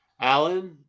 Alan